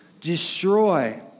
Destroy